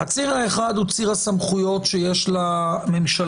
הציר האחד הוא ציר הסמכויות שיש לממשלה,